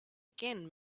again